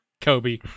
Kobe